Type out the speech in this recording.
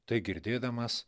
tai girdėdamas